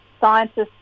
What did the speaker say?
scientists